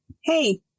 Hey